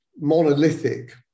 monolithic